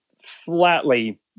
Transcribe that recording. flatly